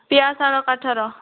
ପିଆଶାଳ କାଠର